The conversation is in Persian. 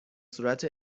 صورت